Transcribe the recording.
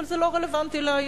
אבל זה לא רלוונטי להיום,